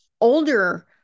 older